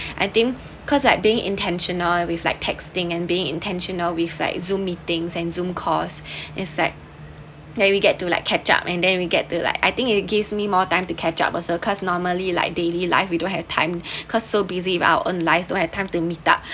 I think cause like being intentional with like texting and being intentional with like zoom meetings and zoom course is like there we get to like catch up and then we get to like I think it gives me more time to catch up also cause normally like daily life we don't have time cause so busy with our own lives don't have time to meet up